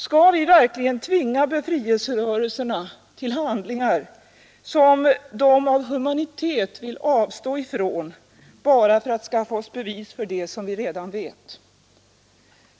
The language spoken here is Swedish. Skall vi verkligen tvinga befrielse rörelserna till handlingar, som de av humanitet vill avstå ifrån, bara för att skaffa oss bevis för det som vi redan vet?